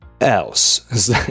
else